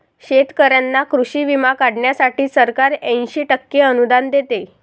शेतकऱ्यांना कृषी विमा काढण्यासाठी सरकार ऐंशी टक्के अनुदान देते